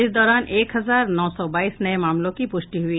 इस दौरान एक हजार नौ सौ बाईस नये मामलों की पुष्टि हुई